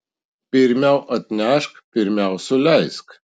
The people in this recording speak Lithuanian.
pirmiau atnešk pirmiau suleisk